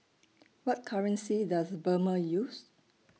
What currency Does Burma use